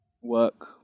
work